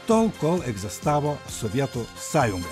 tol kol egzistavo sovietų sąjunga